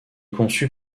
conçu